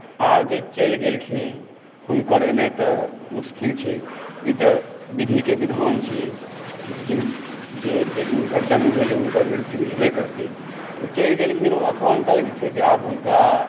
आब जे चलि गेलखिन हुनकर एनाइ तऽ मुश्किल छै ई तऽ विधिकेँ विधान छियै जिनकर जन्म भेलै हुनकर मृत्यु हेबे करतै ओ चलि गेलखिन ओ एखन तक जे छै से आब हुनका